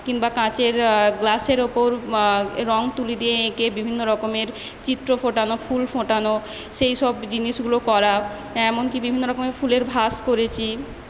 কিংবা কাঁচের গ্লাসের ওপর রঙ তুলি দিয়ে এঁকে বিভিন্ন রকমের চিত্র ফোটানো ফুল ফোটানো সেইসব জিনিসগুলো করা এমনকি বিভিন্ন রকমের ফুলের ভাস করেছি